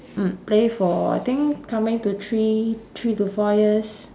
mm play for I think coming to three three to four years